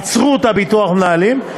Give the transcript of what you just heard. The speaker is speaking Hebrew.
עצרו את ביטוח המנהלים.